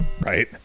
right